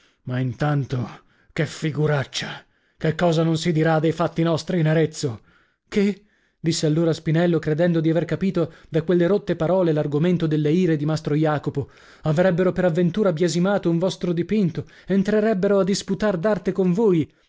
ma intanto che figuraccia che cosa non si dirà dei fatti nostri in arezzo che disse allora spinello credendo di aver capito da quelle rotte parole l'argomento delle ire di mastro jacopo avrebbero per avventura biasimato un vostro dipinto entrerebbero a disputar d'arte con voi